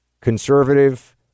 conservative